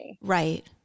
Right